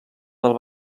del